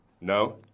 no